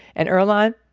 and earlonne,